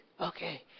okay